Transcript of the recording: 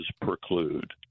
preclude